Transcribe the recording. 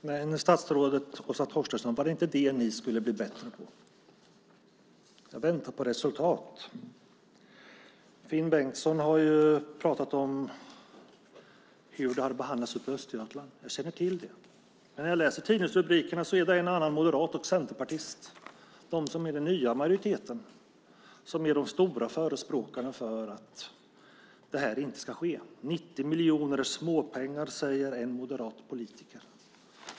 Herr talman! Men var det inte det ni skulle bli bättre på, statsrådet Åsa Torstensson? Jag väntar på resultat. Finn Bengtsson har pratat om hur det har behandlats i Östergötland. Jag känner till det. När jag läser tidningsrubrikerna är det en och annan moderat och centerpartist, de som är den nya majoriteten, som är de stora förespråkarna för att detta inte ska ske. 90 miljoner är småpengar, säger en moderat politiker.